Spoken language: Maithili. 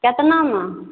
केतनामे